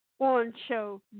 on-show